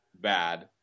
bad